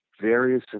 various